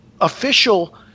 official